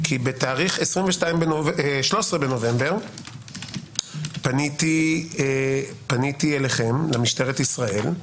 כי ב-13.11 פניתי למשטרת ישראל,